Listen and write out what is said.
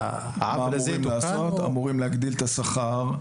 אמורים להגדיל את השכר.